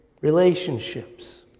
relationships